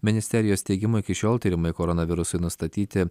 ministerijos teigimu iki šiol tyrimai koronavirusui nustatyti